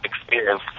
experience